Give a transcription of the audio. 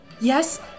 Yes